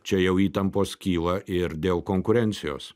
čia jau įtampos kyla ir dėl konkurencijos